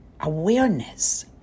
awareness